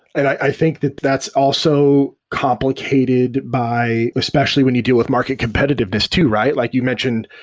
i think that that's also complicated by especially when you deal with market competitiveness too, right? like you mentioned,